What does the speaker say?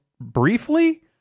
briefly